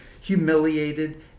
humiliated